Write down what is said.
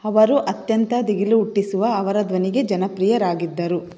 ಅವರು ಅತ್ಯಂತ ದಿಗಿಲು ಹುಟ್ಟಿಸುವ ಅವರ ಧ್ವನಿಗೆ ಜನಪ್ರಿಯರಾಗಿದ್ದರು